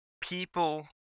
people